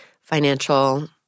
financial